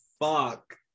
fuck